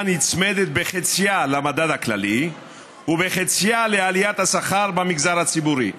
הנצמדת בחציה למדד הכללי ובחציה לעליית השכר במגזר הציבורי.